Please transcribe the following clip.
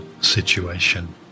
situation